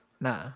Nah